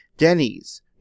Denny's